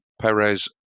perez